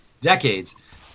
decades